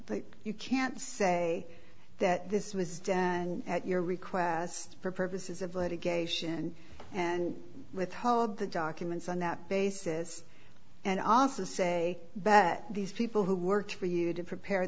but you can't say that this was done and at your request for purposes of litigation and withhold the documents on that basis and also say that these people who work for you to prepare